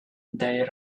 they